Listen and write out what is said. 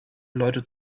leute